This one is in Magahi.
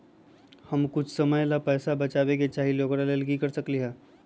हम कुछ समय ला पैसा बचाबे के चाहईले ओकरा ला की कर सकली ह?